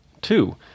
Two